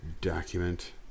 Document